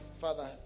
father